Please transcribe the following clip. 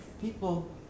People